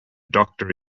doctor